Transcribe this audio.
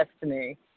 destiny